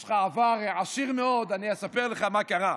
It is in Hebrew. יש לך עבר עשיר מאוד, אני אספר לך מה קרה.